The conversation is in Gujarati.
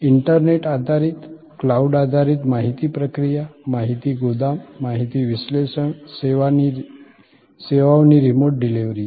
ઇન્ટરનેટ આધારિત ક્લાઉડ આધારિત માહિતી પ્રક્રિયા માહિતી ગોદમ માહિતી વિશ્લેષણ સેવાઓની રિમોટ ડિલિવરી છે